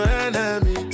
enemy